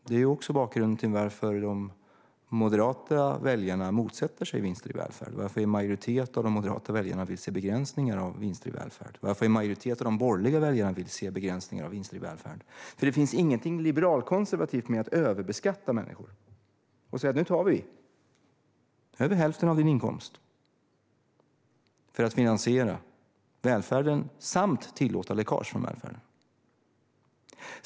Det är också bakgrunden till att de moderata väljarna motsätter sig vinster i välfärden, att en majoritet av de moderata väljarna vill se begränsningar av vinster i välfärden, att en majoritet av de borgerliga väljarna vill se begränsningar av vinster i välfärden. Det finns inget liberalkonservativt i att överbeskatta människor, i att säga att nu tar vi mer än hälften av din inkomst för att finansiera välfärden samt tillåta läckage från välfärden.